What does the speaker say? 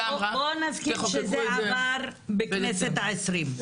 אמרה --- בואו נסכים שזה עבר בכנסת ה-20,